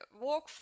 walk